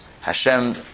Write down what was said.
Hashem